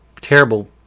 terrible